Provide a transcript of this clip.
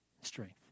strength